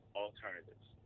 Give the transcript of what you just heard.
alternatives